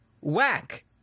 whack